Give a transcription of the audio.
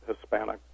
Hispanic